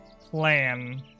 plan